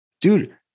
Dude